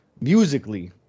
musically